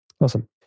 Awesome